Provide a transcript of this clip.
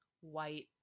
white